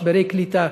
משברי קליטה,